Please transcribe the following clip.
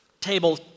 table